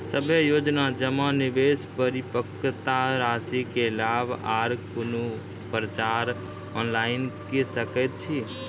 सभे योजना जमा, निवेश, परिपक्वता रासि के लाभ आर कुनू पत्राचार ऑनलाइन के सकैत छी?